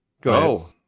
go